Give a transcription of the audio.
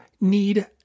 need